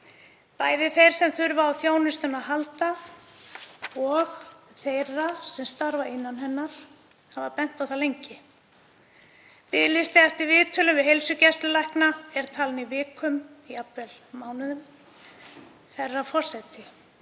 bæði þeir sem þurfa á þjónustunni að halda og þeir sem starfa innan hennar hafa bent á það lengi. Biðlisti eftir viðtölum við heilsugæslulækna er talinn í vikum, jafnvel mánuðum, herra forseti.